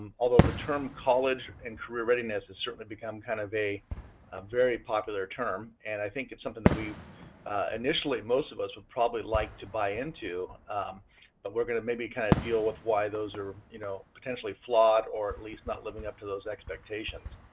although the term college and career readiness has certainly become kind of a um very popular term. and i think it's something that we initially most of us will probably like to buy into. but we're going to maybe kind of deal with why those are you know potentially flawed or at least not living up to those expectation.